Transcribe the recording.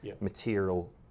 material